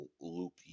loopy